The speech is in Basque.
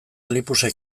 lipusek